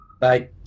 Bye